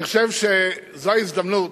אני חושב שזוהי ההזדמנות,